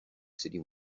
city